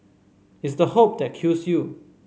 it's the hope that kills you